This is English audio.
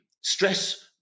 stress